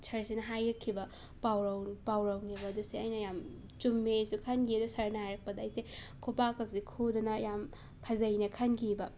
ꯁꯔꯁꯤꯅ ꯍꯥꯏꯔꯛꯈꯤꯕ ꯄꯥꯎꯔꯧ ꯄꯥꯎꯔꯧꯅꯤꯕ ꯑꯗꯨꯁꯦ ꯑꯩꯅ ꯌꯥꯝ ꯆꯨꯝꯃꯦꯁꯨ ꯈꯟꯈꯤ ꯑꯗꯣ ꯁꯔꯅ ꯍꯥꯏꯔꯛꯄꯗ ꯑꯩꯁꯦ ꯈꯨꯄꯥꯛꯀꯁꯦ ꯈꯨꯗꯅ ꯌꯥꯝꯅ ꯐꯖꯩꯅ ꯈꯟꯈꯤꯕ